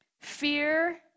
Fear